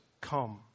come